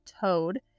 Toad